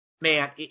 man